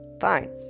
fine